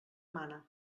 mana